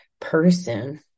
person